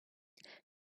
this